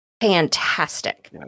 fantastic